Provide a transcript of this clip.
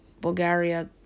Bulgaria